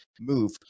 move